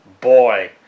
boy